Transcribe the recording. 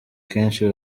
kenshi